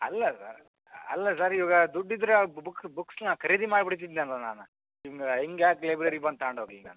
ಅಲ್ಲ ಸರ್ ಅಲ್ಲ ಸರ್ ಇವಾಗ ದುಡ್ಡಿದ್ದರೆ ಬುಕ್ಸ್ ಬುಕ್ಸ್ನ ಖರೀದಿ ಮಾಡ್ಬಿಡ್ತಿದ್ದೆ ಅಲ್ಲವ ನಾನು ಹಿಂಗ ಹಿಂಗ್ ಯಾಕೆ ಲೈಬ್ರೆರಿಗೆ ಬಂದು ತಗೊಂಡೋಗ್ಲಿ ನಾನು